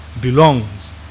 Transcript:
belongs